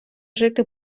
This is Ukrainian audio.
жити